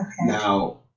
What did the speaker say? Now